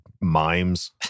mimes